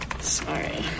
Sorry